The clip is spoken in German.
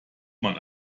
man